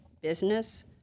business